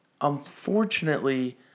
unfortunately